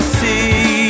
see